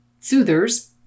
soothers